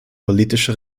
politische